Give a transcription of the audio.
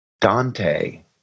Dante